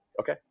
okay